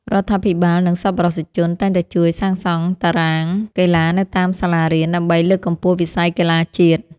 រដ្ឋាភិបាលនិងសប្បុរសជនតែងតែជួយសាងសង់តារាងកីឡានៅតាមសាលារៀនដើម្បីលើកកម្ពស់វិស័យកីឡាជាតិ។